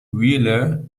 wheeler